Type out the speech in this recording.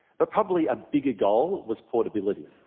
but probably a bigger goal was portability.